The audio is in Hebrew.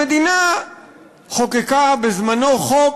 המדינה חוקקה בזמנה חוק